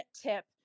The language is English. tip